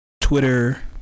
Twitter